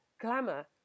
Glamour